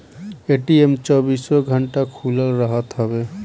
ATM चौबीसो घंटा खुलल रहत हवे